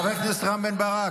חבר הכנסת רם בן ברק,